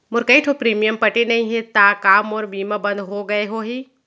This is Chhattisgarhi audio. मोर कई ठो प्रीमियम पटे नई हे ता का मोर बीमा बंद हो गए होही?